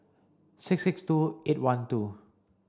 six six two eight one two